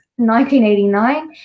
1989